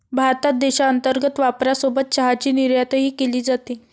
भारतात देशांतर्गत वापरासोबत चहाची निर्यातही केली जाते